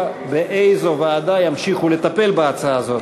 באיזו ועדה ימשיכו לטפל בהצעה הזאת.